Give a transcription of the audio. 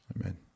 Amen